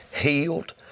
healed